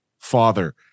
Father